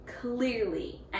clearly